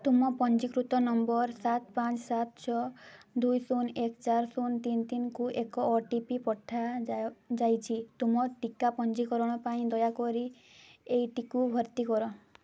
ତୁମ ପଞ୍ଜୀକୃତ ନମ୍ବର୍ ସାତ ପାଞ୍ଚ ସାତ ଛଅ ଦୁଇ ଶୂନ ଏକ ଚାର ଶୂନ ତିନ ତିନକୁ ଏକ ଓ ଟି ପି ପଠାଯାଉ ଯାଇଛି ତୁମ ଟିକା ପଞ୍ଜୀକରଣ ପାଇଁ ଦୟାକରି ଏଇଟିକୁ ଭର୍ତ୍ତି କର